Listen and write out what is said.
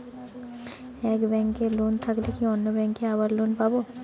এক ব্যাঙ্কে লোন থাকলে কি অন্য ব্যাঙ্কে আবার লোন পাব?